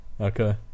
Okay